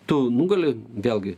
tu nugali vėlgi